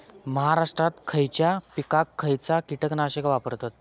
महाराष्ट्रात खयच्या पिकाक खयचा कीटकनाशक वापरतत?